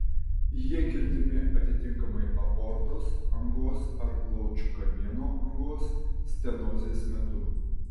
jie girdimi atitinkamai aortos angos ar plaučių kamieno angos stenozės metu